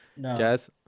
Jazz